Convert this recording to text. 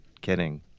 kidding